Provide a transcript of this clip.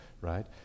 right